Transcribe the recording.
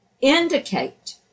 indicate